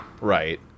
Right